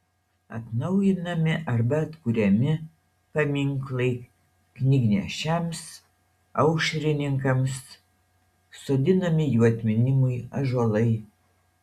atnaujinami arba atkuriami paminklai knygnešiams aušrininkams sodinami jų atminimui ąžuolai